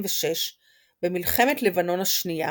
2006 במלחמת לבנון השנייה,